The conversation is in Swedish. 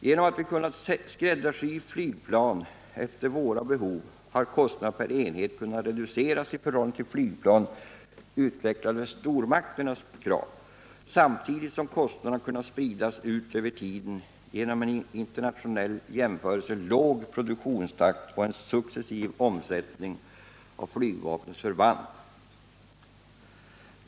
Genom att vi kunnat skräddarsy flygplan efter våra behov har kostnaderna per enhet kunnat reduceras i förhållande till flygplan utvecklade efter stormakternas krav, samtidigt som kostnaderna kunnat spridas ut över tiden genom en i internationell jämförelse låg produktionstakt och en successiv omsättning av flygvapnets förband.